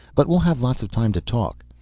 but we'll have lots of time to talk.